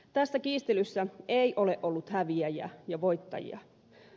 tässä kiistelyssä ei ole ollut häviäjiä ja voittajia